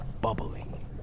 bubbling